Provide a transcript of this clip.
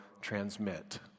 transmit